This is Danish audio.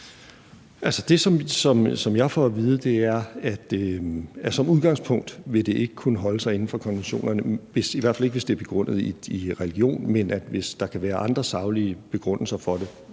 som udgangspunkt vil det ikke kunne holde sig inden for konventionerne, i hvert fald ikke hvis det er begrundet i religion. Men hvis der kan være andre saglige begrundelser for det,